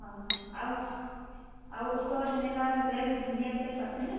হয় আৰু আৰু ওচৰত তেনেকুৱা প্লেছ ধুনীয়া প্লেছ আছেনে